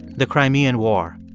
the crimean war.